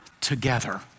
together